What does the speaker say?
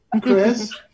Chris